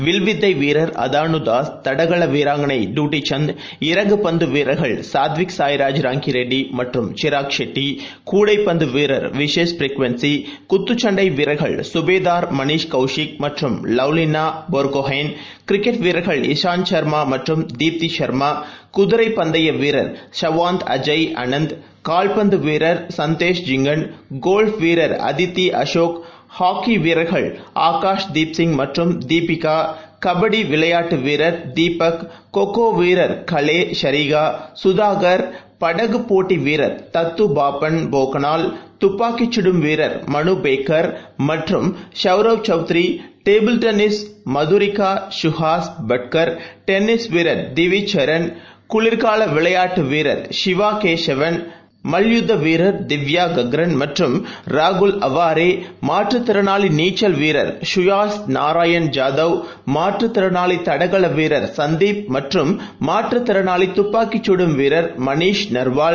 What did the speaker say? வில்வித்தைவீரர் அதானுதாஸ் தடகளவீராங்கனை டுடி சந்த் இறகுப் பந்துவீரர்கள் சாத்விக் சாய்ராஜ் ரான்கிரெட்டிமற்றும் சிராக் ஷெட்டிகூடைப் பந்துவீரர் விசேஷ் ப்ரிகுவன்ஷி குத்துச் சண்டைவீரர்கள் சுபேதார் மனிஷ் கெள்ஷிக் மற்றும் லவ்லினாபோர்கோஹெய்ன் கிரிக்கெட் வீரர்கள் இஷாந்த ஷர்மாமற்றும் தீப்தி ஷர்மாகுதிரைப் பந்தயவீரர் சவாந்த் அஜய் அனந்த் கால்பந்துவீரர் சந்தேஷ் ஜிங்கன் கோலஃப் வீரர் அதிதிஅஷோக் ஹாக்கிவீரர்கள் ஆகாஷ்தீப் சிங் மற்றும் தீபிகாகபடிவிளையாட்டுவீரர் தீபக் கோகோவீரர் கலேசரிகாசுதாகர் படகுபோட்டிவீரர் தத்துபாபன் போகானல் துப்பாக்கிசுடும் வீரர் மனுபேக்கர் மற்றும் சௌர்ப் சௌத்ரிடேபிள் டென்னீஸ் மதுரிகாசுஹாஸ் பட்கர் டென்னீஸ் வீரர் திவிஜ் ஷரன் குளிர்காலவிளையாட்டுவீரர் ஷிவாகேசவன் மவ்யுத்தவீரர் திவ்யாகக்ரன் மற்றும் ராகுல் அவாரேமாற்றுத் திறணாளிநீச்சல் வீரர் சுயாஷ் நாராயண் ஐாதவ் மாற்றுத்திறணாளிதடகளவீரர் சந்தீப் மற்றும் மாற்றுத் திறனாளிதுப்பாக்கிசுடும் வீரர் மனிஷ் நர்வால்